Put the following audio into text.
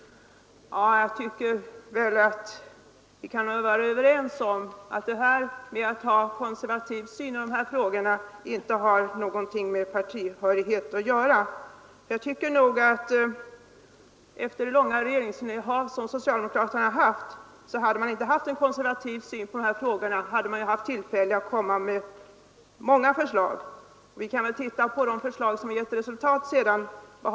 Men vi kan väl ändå vara överens om att detta att ha en konservativ syn på de här frågorna inte har någonting med partitillhörighet att göra. Och om socialdemokratin inte hade haft en konservativ syn på dessa frågor, så skulle man väl efter sitt långa regeringsinnehav haft tillfälle att lägga fram många förslag i jämlikhetsfrågan. Vi kan ju bara se på varifrån de förslag har kommit som lett till någonting.